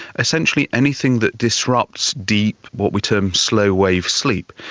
essentially anything that disrupts deep what we term slow wave sleep.